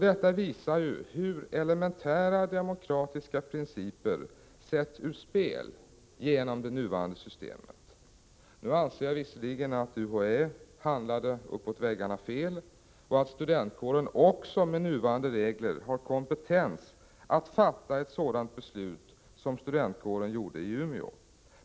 Detta visar hur elementära demokratiska principer sätts ur spel genom det nuvarande systemet. Nu anser jag visserligen att UHÄ handlade uppåt väggarna fel och att studentkåren också med nuvarande regler har kompetens att fatta ett sådant beslut som studentkåren gjorde i Umeå.